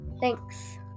Thanks